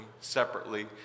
separately